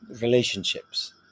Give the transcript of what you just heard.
relationships